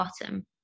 bottom